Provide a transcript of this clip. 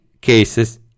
cases